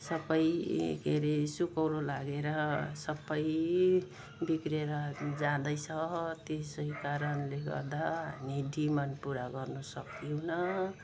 सबै के अरे सुकौरो लागेर सबै बिग्रिएर जाँदैछ त्यसै कारणले गर्दा हामी डिमान्ड पुरा गर्नु सक्दैनौँ